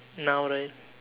now right